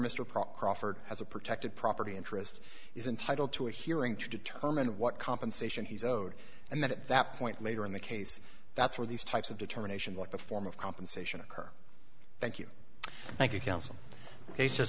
prop crawford has a protected property interest is entitled to a hearing to determine what compensation he's owed and then at that point later in the case that's where these types of determination like the form of compensation occur thank you thank you counsel